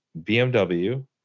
BMW